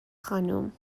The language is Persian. خانم